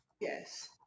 Yes